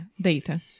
data